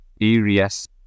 areas